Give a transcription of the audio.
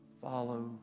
follow